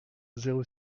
zéro